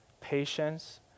patience